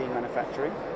manufacturing